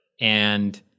and-